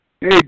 Hey